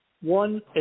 One